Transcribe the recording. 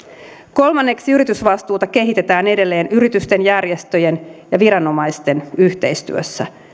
kolmanneksi yritysvastuuta kehitetään edelleen yritysten järjestöjen ja viranomaisten yhteistyössä